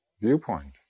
viewpoint